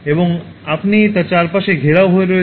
এবং আপনি তার চারপাশে ঘেরাও হয়ে রয়েছেন